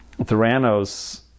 Theranos